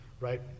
right